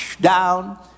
Down